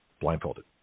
blindfolded